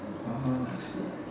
oh I see